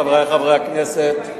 חברי חברי הכנסת,